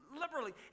liberally